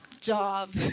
job